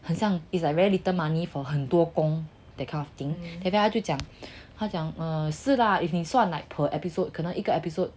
很像 is very like little money for 很多工人 that kind of thing then 他就讲他讲什么事啦 if you 算 like per episode 可能一个 episode